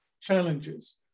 challenges